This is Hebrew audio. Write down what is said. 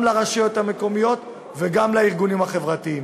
גם לרשויות המקומיות וגם לארגונים החברתיים.